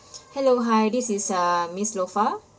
hello hi this is uh miss lofa